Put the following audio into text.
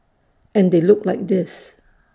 and they look like this